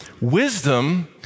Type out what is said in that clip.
Wisdom